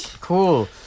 Cool